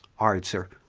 all right, sir,